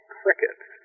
crickets